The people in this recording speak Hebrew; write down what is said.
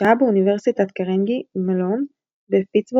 שהה באוניברסיטת קרנגי מלון בפיטסבורג